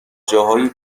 جاهای